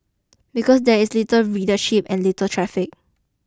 because there is little readership and little traffic